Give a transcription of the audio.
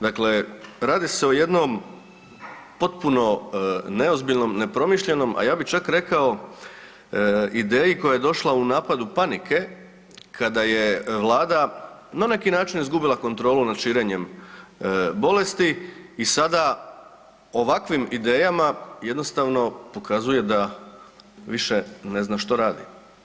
Dakle, radi se o jednom potpuno neozbiljnom, nepromišljenom, a ja bih čak rekao ideji koja je došla u napadu panike kada je Vlada na neki način izgubila kontrolu nad širenjem bolesti i sada ovakvim idejama jednostavno pokazuje da više ne zna što radi.